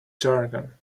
jargon